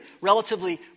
relatively